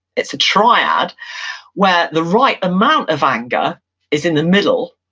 it's a triad where the right amount of anger is in the middle,